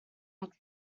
look